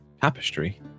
tapestry